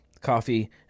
coffee